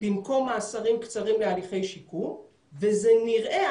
במקום למאסרים קצרים להליכי שיקום וזה נראה,